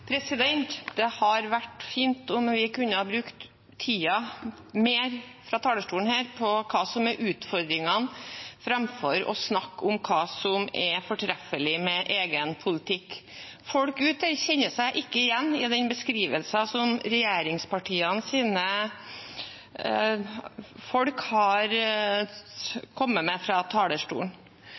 Det hadde vært fint om vi kunne brukt mer av tiden her på talerstolen til å snakke om hva som er utfordringene, framfor å snakke om hva som er fortreffelig med egen politikk. Folk der ute kjenner seg ikke igjen i den beskrivelsen som regjeringspartienes folk har kommet med fra talerstolen.